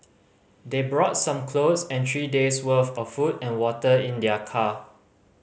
they brought some clothes and three days' worth of food and water in their car